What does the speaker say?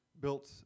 built